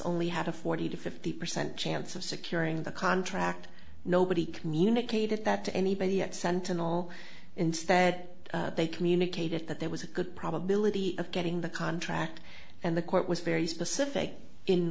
only had a forty to fifty percent chance of securing the contract nobody communicated that to anybody at sentinel instead they communicated that there was a good probability of getting the contract and the court was very specific in